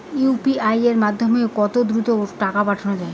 UPI এর মাধ্যমে কত দ্রুত টাকা পাঠানো যায়?